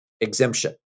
exemption